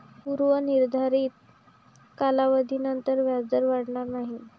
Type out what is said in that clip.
पूर्व निर्धारित कालावधीनंतर व्याजदर वाढणार नाही